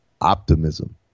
optimism